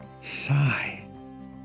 sigh